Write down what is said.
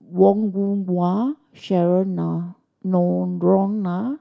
Wong Yoon Wah Cheryl Noronha